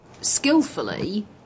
skillfully